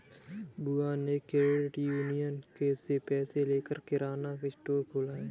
बुआ ने credit union से पैसे लेकर किराना स्टोर खोला है